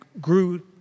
grew